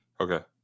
okay